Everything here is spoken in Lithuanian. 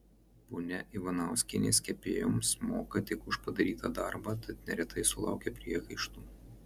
ponia ivanauskienės kepėjoms moka tik už padarytą darbą tad neretai sulaukia priekaištų